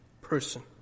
person